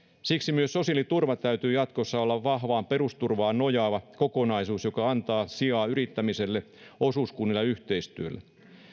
siksi myös sosiaaliturvan täytyy jatkossa olla vahvaan perusturvaan nojaava kokonaisuus joka antaa sijaa yrittämiselle osuuskunnille ja yhteistyölle